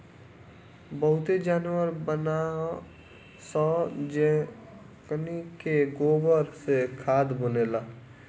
बहुते जानवर बानअ सअ जेकनी के गोबर से खाद बनेला